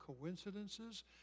coincidences